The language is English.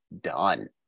done